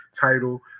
title